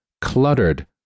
cluttered